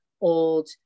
old